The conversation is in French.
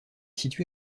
situé